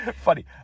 Funny